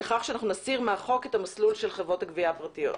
לכך שאנחנו נסיר מהחוק את המסלול של חברות הגבייה הפרטיות?